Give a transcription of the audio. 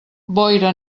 boira